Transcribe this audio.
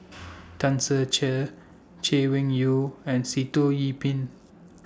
Tan Ser Cher Chay Weng Yew and Sitoh Yih Pin